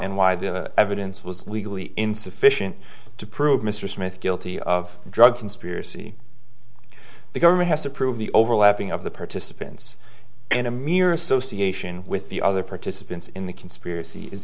and why the evidence was legally insufficient to prove mr smith guilty of drug conspiracy the government has to prove the overlapping of the participants in a mere association with the other participants in the conspiracy is